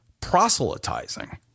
proselytizing